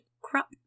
crop